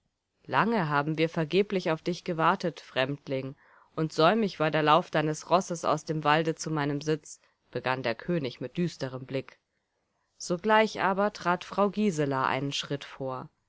lange haben wir vergeblich auf dich gewartet fremdling und säumig war der lauf deines rosses aus dem walde zu meinem sitz begann der könig mit düsterem blick sogleich aber trat frau gisela einen schritt vor